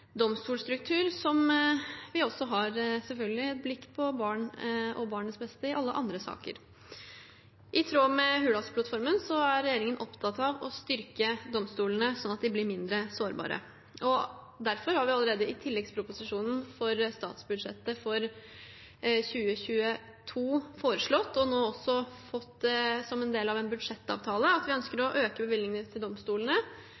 domstolstruktur, slik vi selvfølgelig også har blikk på barn og barns beste i alle andre saker. I tråd med Hurdalsplattformen er regjeringen opptatt av å styrke domstolene slik at de blir mindre sårbare. Derfor har vi allerede i tilleggsproposisjonen for statsbudsjettet for 2022 foreslått, og nå også fått som en del av en budsjettavtale, at vi ønsker å øke bevilgningene til domstolene